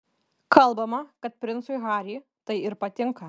kalbama kad princui harry tai ir patinka